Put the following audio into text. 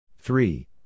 Three